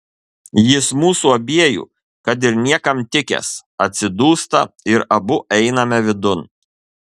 jis mūsų abiejų kad ir niekam tikęs atsidūsta ir abu einame vidun